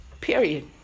Period